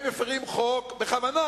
הם מפירים חוק בכוונה,